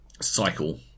cycle